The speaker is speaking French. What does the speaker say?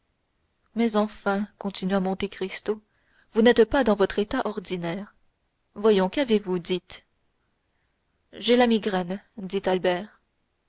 mais enfin continua monte cristo vous n'êtes pas dans votre état ordinaire voyons qu'avez-vous dites j'ai la migraine dit albert